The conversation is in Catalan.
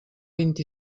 vint